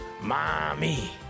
mommy